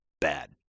bad